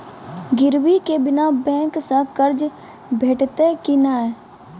गिरवी के बिना बैंक सऽ कर्ज भेटतै की नै?